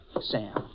Sam